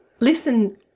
Listen